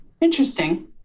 Interesting